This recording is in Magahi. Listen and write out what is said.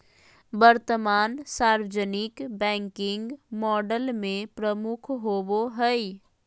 वर्तमान सार्वजनिक बैंकिंग मॉडल में प्रमुख होबो हइ